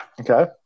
Okay